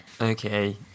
Okay